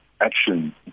action